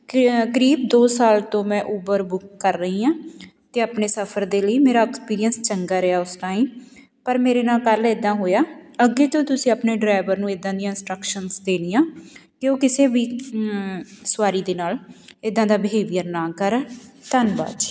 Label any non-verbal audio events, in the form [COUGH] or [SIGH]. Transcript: [UNINTELLIGIBLE] ਕਰੀਬ ਦੋ ਸਾਲ ਤੋਂ ਮੈਂ ਉਬਰ ਬੁੱਕ ਕਰ ਰਹੀ ਹਾਂ ਅਤੇ ਆਪਣੇ ਸਫਰ ਦੇ ਲਈ ਮੇਰਾ ਐਕਸਪੀਰੀਅੰਸ ਚੰਗਾ ਰਿਹਾ ਉਸ ਟਾਈਮ ਪਰ ਮੇਰੇ ਨਾਲ ਕੱਲ੍ਹ ਇੱਦਾਂ ਹੋਇਆ ਅੱਗੇ ਤੋਂ ਤੁਸੀਂ ਆਪਣੇ ਡਰਾਈਵਰ ਨੂੰ ਇੱਦਾਂ ਦੀਆਂ ਇੰਸਟ੍ਰਕਸ਼ਨ ਦੇਣੀਆਂ ਕਿ ਉਹ ਕਿਸੇ ਵੀ ਸਵਾਰੀ ਦੇ ਨਾਲ ਇੱਦਾਂ ਦਾ ਬਿਹੇਵੀਅਰ ਨਾ ਕਰਨ ਧੰਨਵਾਦ ਜੀ